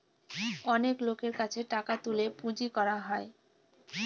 অনেক লোকের কাছে টাকা তুলে পুঁজি করা হয়